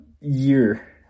year